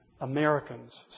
americans